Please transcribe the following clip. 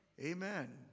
amen